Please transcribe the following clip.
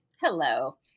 Hello